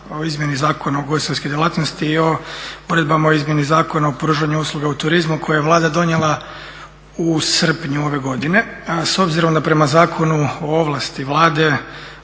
o izmjeni Zakona ugostiteljskih djelatnosti i o uredbama o izmjeni Zakona o pružanju usluga u turizmu koji je Vlada donijela u srpnju ove godine. S obzirom da prema zakonu ovlasti Vlade